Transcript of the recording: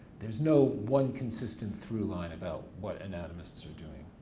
there's no one consistent through line about what anatomists are doing.